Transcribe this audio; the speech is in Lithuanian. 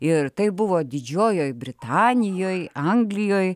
ir tai buvo didžiojoj britanijoj anglijoj